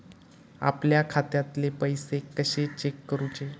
आपल्या खात्यातले पैसे कशे चेक करुचे?